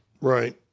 Right